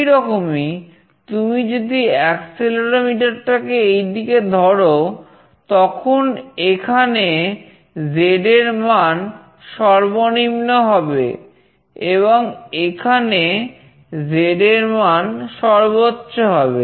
সেইরকমই তুমি যদি অ্যাক্সেলেরোমিটার টাকে এইদিকে ধরো তখন এখানে Z এর মান সর্বনিম্ন হবে এবং এখানে Z এর মান সর্বোচ্চ হবে